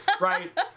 right